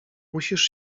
musisz